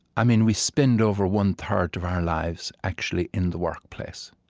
i mean we spend over one-third of our lives, actually, in the workplace.